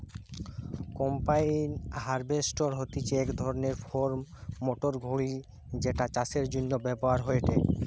combine harvester হতিছে এক ধরণের ফার্ম মোটর গাড়ি যেটা চাষের জন্য ব্যবহার হয়েটে